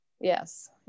Yes